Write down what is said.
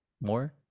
more